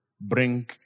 bring